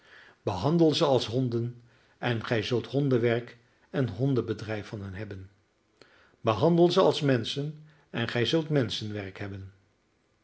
behandel ze als honden en gij zult hondenwerk en hondenbedrijf van hen hebben behandel ze als menschen en gij zult menschenwerk hebben